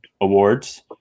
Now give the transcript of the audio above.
awards